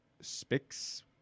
Spix